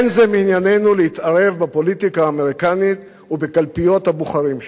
אין זה מענייננו להתערב בפוליטיקה האמריקנית ובקלפיות הבוחרים שם.